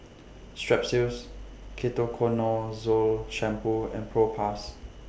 Strepsils Ketoconazole Shampoo and Propass